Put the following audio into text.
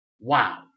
Wow